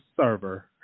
server